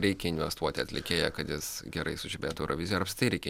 reikia investuoti į atlikėją kad jis gerai sužibėtų eurovizijoj ar apskritai reikia